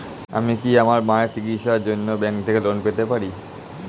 আমি কি আমার মায়ের চিকিত্সায়ের জন্য ব্যঙ্ক থেকে লোন পেতে পারি?